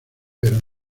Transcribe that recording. pero